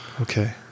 okay